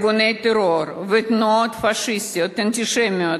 ארגוני טרור ותנועות פאשיסטיות אנטישמיות